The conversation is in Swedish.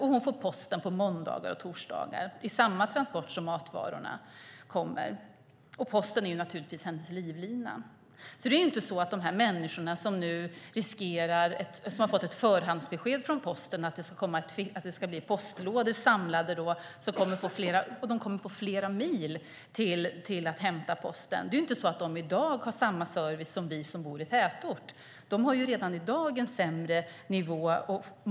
Hon får posten på måndagar och torsdagar i samma transport som matvarorna kommer. Posten är naturligtvis hennes livlina. Det är inte så att de människor som har fått ett förhandsbesked från Posten om att postlådor ska samlas så att de kommer att få flera mil till platsen där de kan hämta sin post i dag har samma service som vi som bor i tätort. De har redan i dag en sämre nivå.